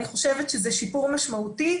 אני חושבת שזה שיפור משמעותי.